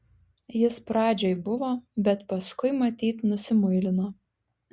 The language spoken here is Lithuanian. jis pradžioj buvo bet paskui matyt nusimuilino